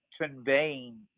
conveying